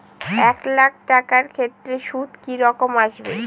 এক লাখ টাকার ক্ষেত্রে সুদ কি রকম আসবে?